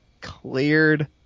cleared